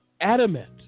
adamant